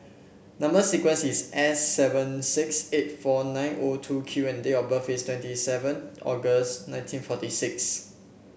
number sequence is S seven six eight four nine O two Q and date of birth is twenty seven August nineteen forty six